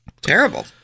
Terrible